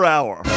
Hour